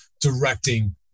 directing